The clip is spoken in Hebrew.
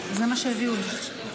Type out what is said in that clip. אבל זה לא שם החוק.